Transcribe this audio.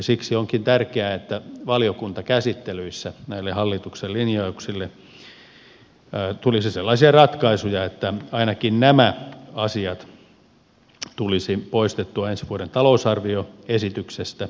siksi onkin tärkeää että valiokuntakäsittelyissä näille hallituksen linjauksille tulisi sellaisia ratkaisuja että ainakin nämä asiat tulisi poistettua ensi vuoden talousarvioesityksestä